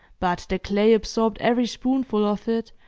but the clay absorbed every spoonful of it,